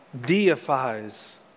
deifies